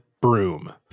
broom